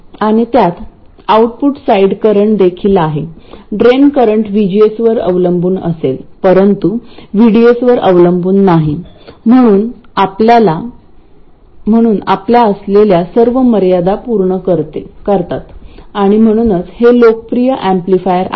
आणि त्यात output side current देखील आहे ड्रेन करंट VGS वर अवलंबून असेल परंतु VDS वर अवलंबून नाही म्हणून आपल्या असलेल्या सर्व मर्यादा पूर्ण करतात आणि म्हणूनच हे लोकप्रिय ऍम्प्लिफायर आहे